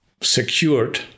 secured